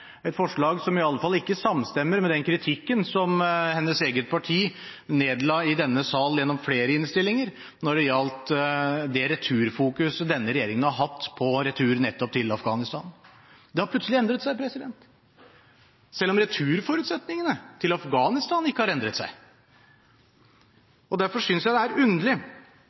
et forslag som i alle fall ikke samstemmer med kritikken hennes eget parti nedla i denne salen gjennom flere innstillinger når det gjaldt fokuset denne regjeringen har gitt retur nettopp til Afghanistan. Det har plutselig endret seg, selv om returforutsetningene til Afghanistan ikke har endret seg. Derfor synes jeg det er underlig